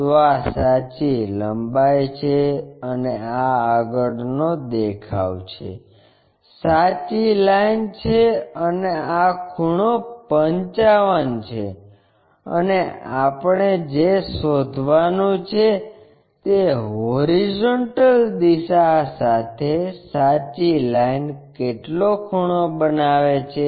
તો આ સાચી લંબાઈ છે અને આ આગળનો દેખાવ છે સાચી લાઇન છે અને આ ખૂણો 55 છે અને આપણે જે શોધવાનું છે તે હોરિઝોન્ટલ દિશા સાથે સાચી લાઇન કેટલો ખૂણો બનાવે છે